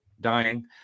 dying